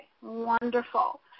wonderful